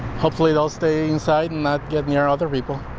hopefully they'll stay inside and not get your other people.